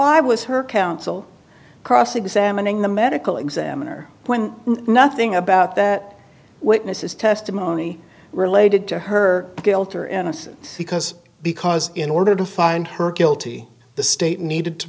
why was her counsel cross examining the medical examiner when nothing about that witness's testimony related to her guilt or innocence because because in order to find her guilty the state needed to